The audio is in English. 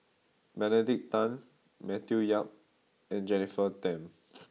Benedict Tan Matthew Yap and Jennifer Tham